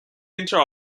enter